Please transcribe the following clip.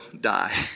die